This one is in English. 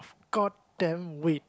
god damn weight